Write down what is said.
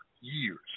years